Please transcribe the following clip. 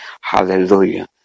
Hallelujah